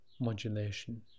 modulation